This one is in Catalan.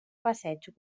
passeig